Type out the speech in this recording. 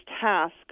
task